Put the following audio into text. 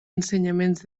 ensenyaments